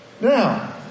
Now